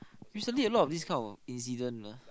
recently a lot of this kind of incident you know